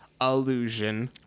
Illusion